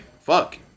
fuck